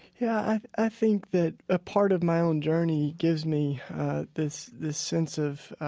yeah. i think that a part of my own journey gives me this this sense of